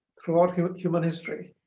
throughout human human history,